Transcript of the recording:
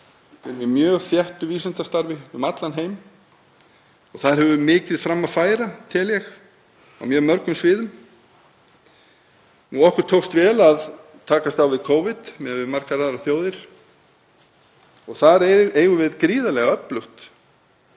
í mjög þéttu vísindastarfi um allan heim og þar höfum við mikið fram að færa, tel ég, á mjög mörgum sviðum. Okkur tókst vel að takast á við Covid miðað við margar aðrar þjóðir. Þar eigum við gríðarlega öflugt